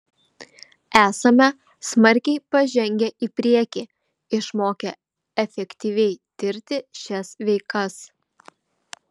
esame smarkiai pažengę į priekį išmokę efektyviai tirti šias veikas